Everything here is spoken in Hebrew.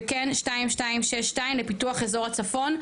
וכן 2262 לפיתוח אזור הצפון,